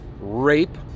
rape